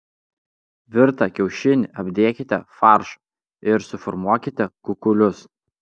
virtą kiaušinį apdėkite faršu ir suformuokite kukulius